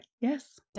Yes